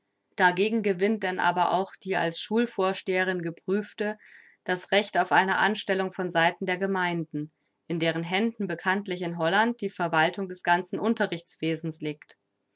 dagegen gewinnt denn aber auch die als schul vorsteherin geprüfte das recht auf eine anstellung von seiten der gemeinden in deren händen bekanntlich in holland die verwaltung des ganzen unterrichtswesens liegt